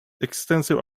extensive